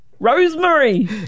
Rosemary